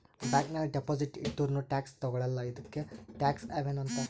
bank ನಾಗ್ deposit ಇಟ್ಟುರ್ನೂ tax ತಗೊಳಲ್ಲ ಇದ್ದುಕೆ ಟ್ಯಾಕ್ಸ್ ಹವೆನ್ ಅಂತಾರ್